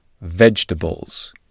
vegetables